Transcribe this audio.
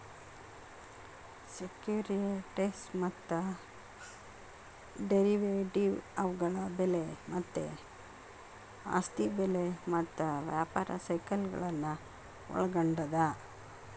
securities ಮತ್ತ ಡೆರಿವೇಟಿವ್ಗಳ ಬೆಲೆ ಮತ್ತ ಆಸ್ತಿ ಬೆಲೆ ಮತ್ತ ವ್ಯಾಪಾರ ಸೈಕಲ್ಗಳನ್ನ ಒಳ್ಗೊಂಡದ